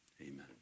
Amen